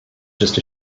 just